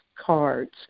cards